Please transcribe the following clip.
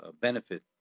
benefit